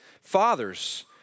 Fathers